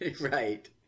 right